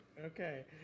Okay